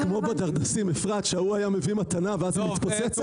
זה כמו בדרדסים שההוא היה מביא מתנה ואז היא מתפוצצת?